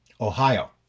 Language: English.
Ohio